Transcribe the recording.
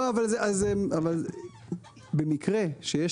לא, אבל במקרה שיש